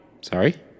Sorry